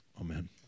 Amen